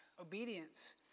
obedience